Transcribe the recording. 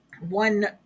one